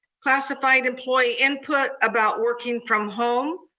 classified employee input about working from home.